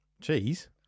Cheese